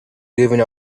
giving